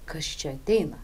kas čia ateina